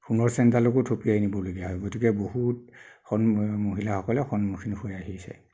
সোণৰ চেইনডালকো থপিয়াই নিবলগীয়া হয় গতিকে বহুত মহিলাসকলে সন্মুখীন হৈ আহিছে